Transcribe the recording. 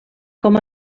com